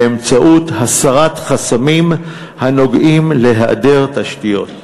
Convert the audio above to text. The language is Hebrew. באמצעות הסרת חסמים הנוגעים להיעדר תשתיות.